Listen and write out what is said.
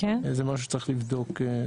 זה משהו שצריך לבדוק.